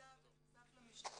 שנמצא ונחשף למשטרה,